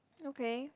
okay